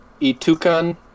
Itukan